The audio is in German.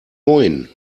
moin